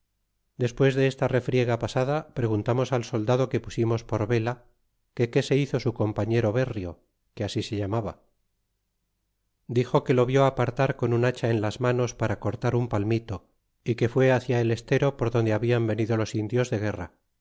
despues de esta refriega pasada preguntamos al soldado que pusimos por vela que qué se hizo su compañero berrio que así se llamaba dixo que lo vieb apartar con una hacha en las manos para cortar un palmito y que fue hcia el estero por donde hablan venido los indios de guerra